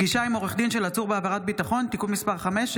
(פגישה עם עורך דין של עצור בעבירת ביטחון) (תיקון מס' 5),